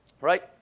right